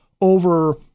over